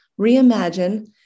reimagine